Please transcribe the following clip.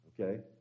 Okay